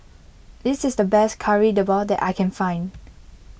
this is the best Kari Debal that I can find